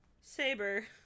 saber